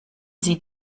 sie